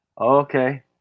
Okay